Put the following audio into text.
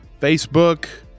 Facebook